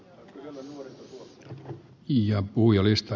arvoisa herra puhemies